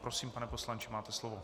Prosím, pane poslanče, máte slovo.